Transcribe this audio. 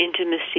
intimacy